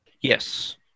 Yes